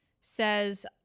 says